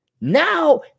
Now